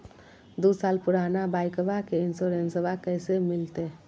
दू साल पुराना बाइकबा के इंसोरेंसबा कैसे मिलते?